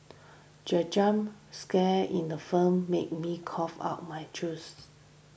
the jump scare in the film made me cough out my juice